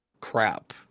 crap